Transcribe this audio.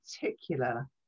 particular